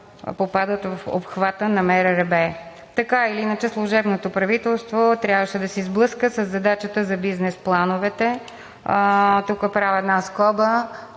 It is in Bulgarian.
попадат в обхвата на МРРБ. Така или иначе служебното правителство трябваше да се сблъска със задачата за бизнес плановете. Тук правя една скоба,